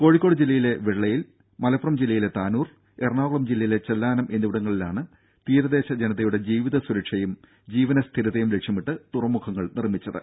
കോഴിക്കോട് ജില്ലയിലെ വെള്ളയിൽ മലപ്പുറം ജില്ലയിലെ താനൂർ എറണാകുളം ജില്ലയിലെ ചെല്ലാനം എന്നിവിടങ്ങളിലാണ് തീരദേശ ജനതയുടെ ജീവിത സുരക്ഷയും ജീവനസ്ഥിരതയും ലക്ഷ്യമിട്ട് തുറമുഖങ്ങൾ നിർമ്മിച്ചത്